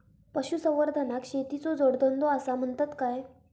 पशुसंवर्धनाक शेतीचो जोडधंदो आसा म्हणतत काय?